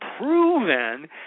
proven